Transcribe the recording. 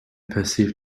perceived